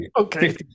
okay